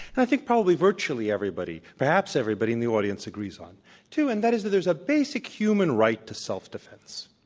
and i think probably virtually everybody perhaps everybody in the audience agrees on too, and that is that there's a basic human right to self-defense.